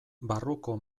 barruko